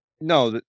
No